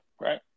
right